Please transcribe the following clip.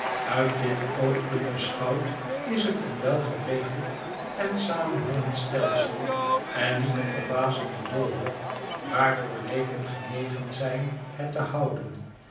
uit dit oogpunt beschouwd is het een welgeregeld en samenhangend stelsel en niet de verbazende doolhof waarvoor leeken genegen zijn het te houden